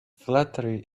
flattery